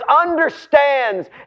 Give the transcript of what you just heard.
understands